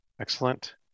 Excellent